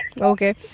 okay